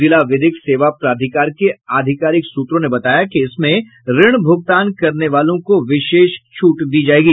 जिला विधिक सेवा प्राधिकार के आधिकारिक सूत्रों ने बताया कि इसमें ऋण भूगतान करने वालों को विशेष छूट दी जायेगी